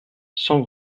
cent